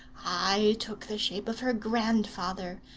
i took the shape of her grandfather,